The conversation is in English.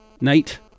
Nate